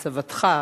סבתך,